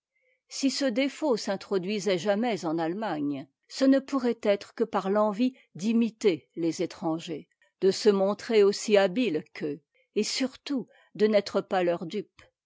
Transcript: si ce défaut s'introduisait jamais en allemagne ce ne pourrait être que par l'envie d'imiter lés étrangers de se montrer aussi habile qu'eux et surtout de n'être pas leur dupe